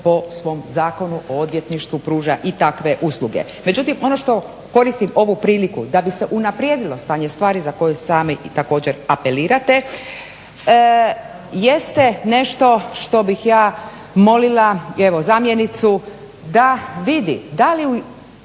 po svom zakonu o odvjetništvu pruža i takve usluge. Međutim, ono što koristim ovu priliku, da bi se unaprijedilo stanje stvari za koju sami i također apelirate jeste nešto što bih ja molila evo zamjenicu da vidi da li